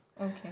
Okay